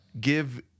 give